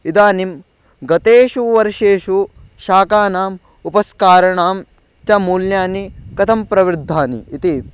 इदानीं गतेषु वर्षेषु शाकानाम् उपस्काराणां च मूल्यानि कथं प्रवृद्धानि इति